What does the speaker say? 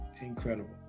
Incredible